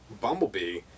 Bumblebee